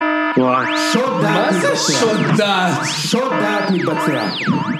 מה זה שודה? מה זה שודה?